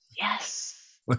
Yes